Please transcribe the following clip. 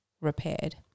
repaired